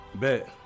Bet